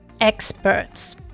experts